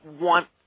want